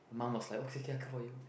my mum was like okay okay I cook for you